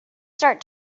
start